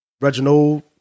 Reginald